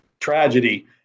tragedy